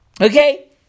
Okay